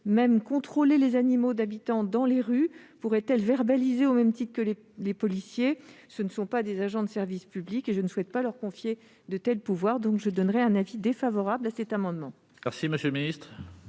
contrôler les animaux des habitants dans les rues ? Pourraient-elles les verbaliser, au même titre que les policiers ? Ce ne sont pas des agents de service public, et je ne souhaite pas leur confier de tels pouvoirs. J'émets donc un avis défavorable sur cet amendement.